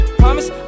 promise